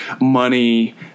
money